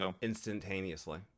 instantaneously